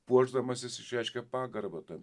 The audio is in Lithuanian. puošdamasis išreiškia pagarbą tą